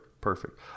Perfect